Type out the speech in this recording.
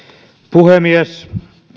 puhemies